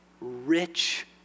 rich